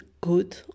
good